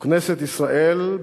וכנסת ישראל,